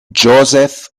josef